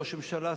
ראש ממשלה,